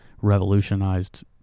revolutionized